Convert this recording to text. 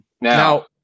Now